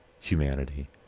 humanity